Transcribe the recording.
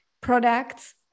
products